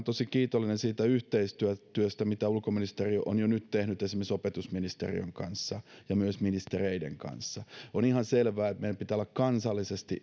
tosi kiitollinen siitä yhteistyöstä mitä ulkoministeriö on jo nyt tehnyt esimerkiksi opetusministeriön kanssa ja myös ministereiden kanssa on ihan selvää että meillä pitää olla kansallisesti